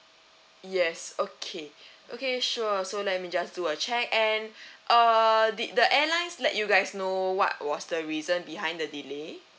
yes okay okay sure so let me just do a check and uh did the airlines let you guys know what was the reason behind the delay